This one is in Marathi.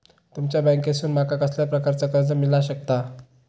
तुमच्या बँकेसून माका कसल्या प्रकारचा कर्ज मिला शकता?